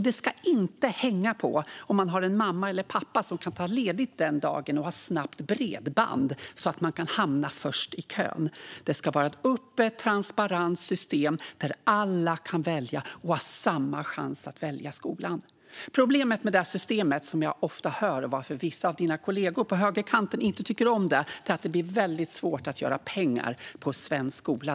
Det ska inte hänga på om man har en mamma eller pappa som kan ta ledigt den dagen och har ett snabbt bredband så att man kan hamna först i kön, utan det ska vara ett öppet och transparent system där alla kan och har samma chans att välja skola. Det jag ofta får höra är problemet med ett sådant system - och anledningen till att vissa av dina kollegor på högerkanten inte tycker om det, Christian Carlsson - är att det då blir väldigt svårt att göra pengar på svensk skola.